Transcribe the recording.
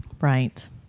Right